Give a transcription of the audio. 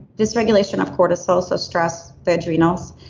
dysregulation of cortisol so stress, the adrenals,